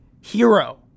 hero